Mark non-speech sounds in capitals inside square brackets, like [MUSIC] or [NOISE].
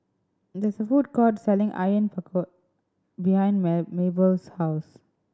there is a food court selling Onion Pakora behind [UNINTELLIGIBLE] Mabelle's house